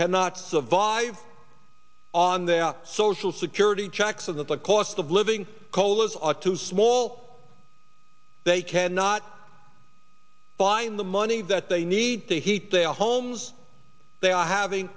cannot survive on their social security checks of the cost of living colas ought to small they cannot find the money that they need to heat their homes they are having